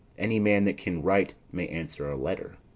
any man that can write may answer a letter.